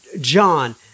John